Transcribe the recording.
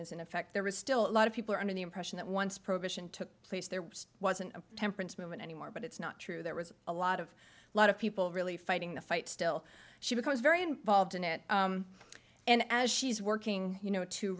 is in effect there is still a lot of people are under the impression that once probation took place there wasn't a temperance movement anymore but it's not true there was a lot of lot of people really fighting the fight still she becomes very involved in it and as she's working you